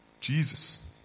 Jesus